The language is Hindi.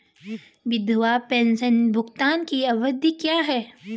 विधवा पेंशन भुगतान की अवधि क्या है?